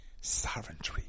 sovereignty